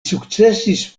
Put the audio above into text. sukcesis